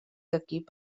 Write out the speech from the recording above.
equip